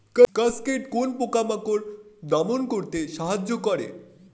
Cascade কোন পোকা মাকড় দমন করতে সাহায্য করে?